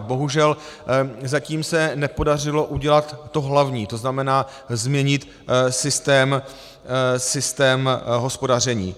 Bohužel zatím se nepodařilo udělat to hlavní, to znamená změnit systém hospodaření.